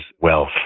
wealth